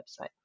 website